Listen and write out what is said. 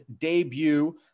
debut